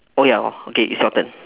oh ya hor okay it's your turn